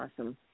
awesome